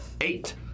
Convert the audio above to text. Eight